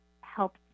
help